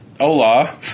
hola